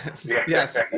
Yes